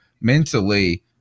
mentally –